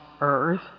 earth